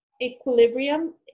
equilibrium